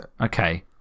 Okay